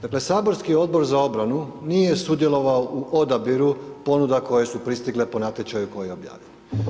Dakle, saborski Odbor za obranu nije sudjelovao u odabiru ponuda koje su pristigle po natječaju koji je objavljen.